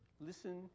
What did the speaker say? listen